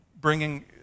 bringing